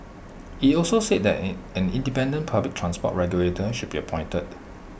IT also said that an an independent public transport regulator should be appointed